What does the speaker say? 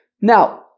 Now